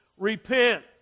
Repent